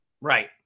Right